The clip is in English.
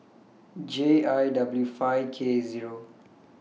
J I W five K Zero